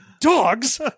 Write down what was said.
Dogs